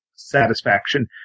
satisfaction